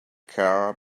car